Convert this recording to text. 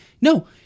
no